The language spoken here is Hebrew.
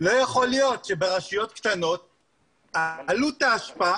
לא יכול להיות שברשויות קטנות עלות האשפה